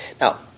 Now